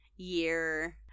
year